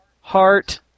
Heart